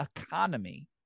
economy